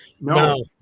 No